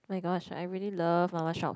my gosh I really love mama shops